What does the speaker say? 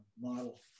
model